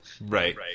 Right